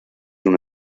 una